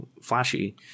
flashy